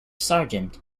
sargent